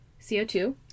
CO2